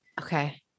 Okay